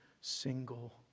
single